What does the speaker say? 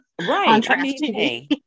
Right